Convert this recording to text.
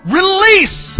release